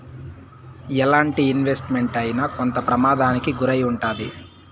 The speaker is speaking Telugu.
ఎలాంటి ఇన్వెస్ట్ మెంట్ అయినా కొంత ప్రమాదానికి గురై ఉంటాది